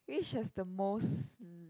which has the most